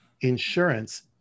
insurance